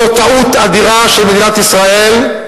זאת טעות אדירה של מדינת ישראל,